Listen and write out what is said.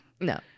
No